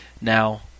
Now